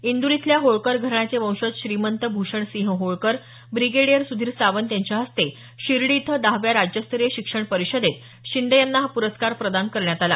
इंदूर इथल्या होळकर घराण्याचे वंशज श्रीमंत भूषणसिंह होळकर ब्रिगेडियर सुधीर सावंत यांच्या हस्ते शिर्डी इथं दहाव्या राज्यस्तरीय शिक्षण परिषदेत शिंदे यांना हा पुरस्कार प्रदान करण्यात आला